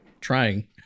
trying